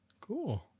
Cool